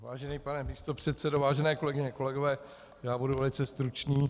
Vážený pane místopředsedo, vážené kolegyně, kolegové, já budu velice stručný.